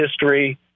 history